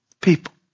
people